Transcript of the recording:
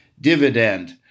dividend